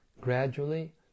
Gradually